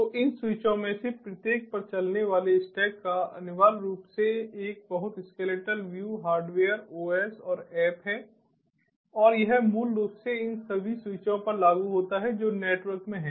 तो इन स्विचोंमें से प्रत्येक पर चलने वाले स्टैक का अनिवार्य रूप से एक बहुत स्केलेटल व्यू हार्डवेयर ओएस और ऐप है और यह मूल रूप से इन सभी स्विचों पर लागू होता है जो नेटवर्क में हैं